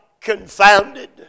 confounded